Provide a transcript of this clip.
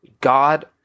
God